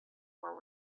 were